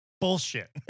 bullshit